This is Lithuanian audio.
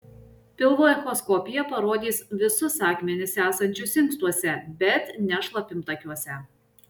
pilvo echoskopija parodys visus akmenis esančius inkstuose bet ne šlapimtakiuose